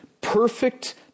perfect